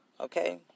Okay